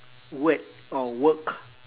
word or work